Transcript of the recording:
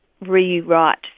rewrite